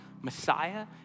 Messiah